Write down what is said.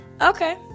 Okay